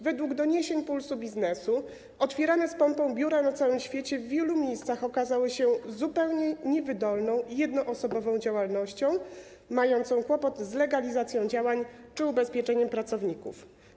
Według doniesień „Pulsu Biznesu” otwierane z pompą biura na całym świecie w wielu miejscach okazały się zupełnie niewydolną, jednoosobową działalnością mającą kłopot z legalizacją działań czy ubezpieczeniem pracowników.